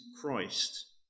Christ